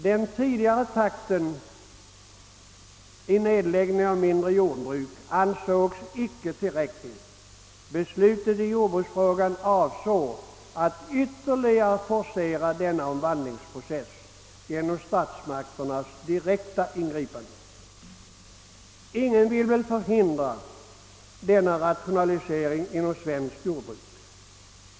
Den tidigare takten i nedläggningen av mindre jordbruk ansågs inte tillräcklig; beslutet i jordbruksfrågan avsåg att ytterligare forcera denna omvandlingsprocess genom statsmakternas direkta ingripande. Ingen vill väl förhindra denna rationalisering inom svenskt jordbruk.